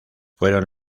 fueron